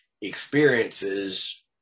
experiences